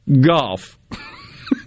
Golf